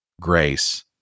Grace